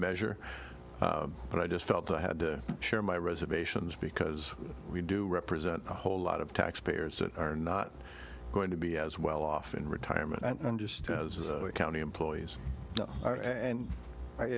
measure but i just felt i had to share my reservations because we do represent a whole lot of taxpayers that are not going to be as well off in retirement and just as the county employees are and i